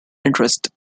interest